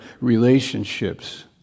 relationships